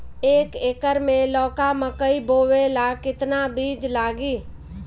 एक एकर मे लौका मकई बोवे ला कितना बिज लागी?